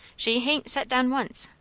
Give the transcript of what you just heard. she hain't set down once.